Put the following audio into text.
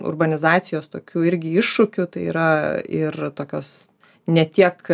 urbanizacijos tokių irgi iššūkių tai yra ir tokios ne tiek